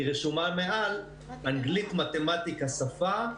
היא רשומה מעל: אנגלית, מתמטיקה, שפה,